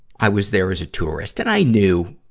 i was there as a tourist, and i knew,